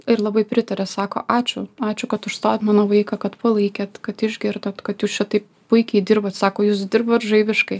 ir labai pritaria sako ačiū ačiū kad užstojot mano vaiką kad palaikėt kad išgirdot kad jūs čia taip puikiai dirbat sako jūs dirbat žaibiškai